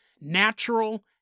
natural